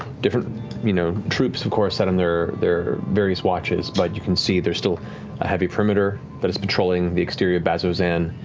different you know troops, of course, set on their their various watches, but you can see there's still a heavy perimeter that is patrolling the exterior of bazzoxan.